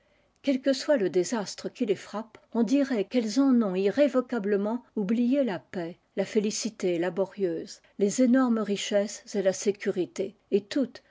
quel que soit le désastre qui les frappe on dirait qu'elles en ont irrévocablement oublié la paix la félicité laborieuse les énormes richesses et la sécurité et toutes